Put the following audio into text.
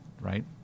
Right